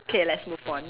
K let's move on